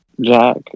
Jack